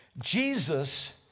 Jesus